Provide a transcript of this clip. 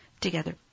together